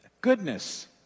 Goodness